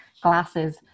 glasses